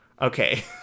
Okay